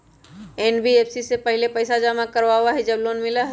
NBFC पहले पईसा जमा करवहई जब लोन मिलहई?